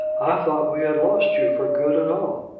i thought we had lost you for good and all.